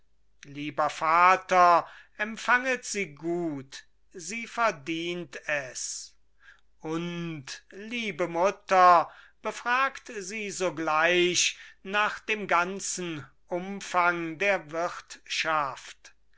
lieber vater empfanget sie gut sie verdient es und liebe mutter befragt sie sogleich nach dem ganzen umfang der wirtschaft